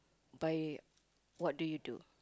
by what do you do